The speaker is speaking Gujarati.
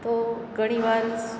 તો ઘણીવાર